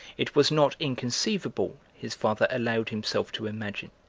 it was not inconceivable, his father allowed himself to imagine,